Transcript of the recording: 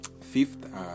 fifth